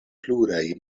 pluraj